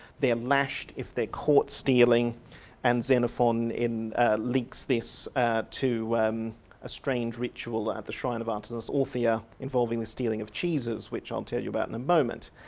they're lashed if they're caught stealing and xenophon links this to a strange ritual at the shrine of artemis orthia involving the stealing of cheeses which i'll tell you about in a moment.